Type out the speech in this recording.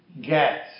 get